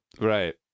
Right